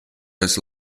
his